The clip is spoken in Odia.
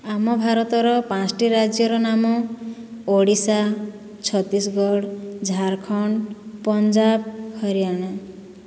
ଆମ ଭାରତର ପାଞ୍ଚୋଟି ରାଜ୍ୟର ନାମ ଓଡ଼ିଶା ଛତିଶଗଡ଼ ଝାଡ଼ଖଣ୍ଡ ପଞ୍ଜାବ ହରିୟାଣା